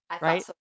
right